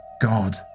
God